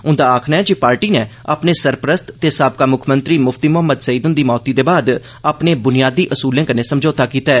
उन्दा आक्खना ऐ जे पार्टी नै अपने सरपरस्त ते साबका मुक्खमंत्री मुफ्ती मोहम्मद सैयद हुन्दी मौती दे बाद अपने बुनियादी असूलें कन्नै समझोता कीता ऐ